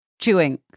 chewing